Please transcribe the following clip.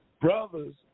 brothers